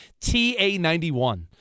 TA91